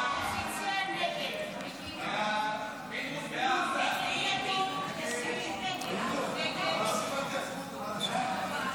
סעיף 1 כנוסח הוועדה, כולל לוח תיקונים